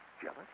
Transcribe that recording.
Jealous